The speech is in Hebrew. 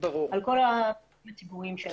על כל המבנים הציבוריים שלנו.